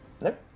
Nope